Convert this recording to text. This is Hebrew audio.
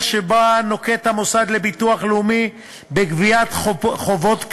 שנוקט המוסד לביטוח לאומי בגביית חובות.